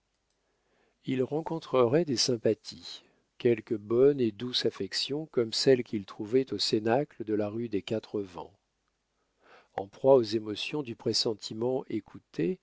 il rencontrerait des sympathies quelque bonne et douce affection comme celle qu'il trouvait au cénacle de la rue des quatre vents en proie aux émotions du pressentiment